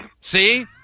See